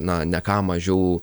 na ne ką mažiau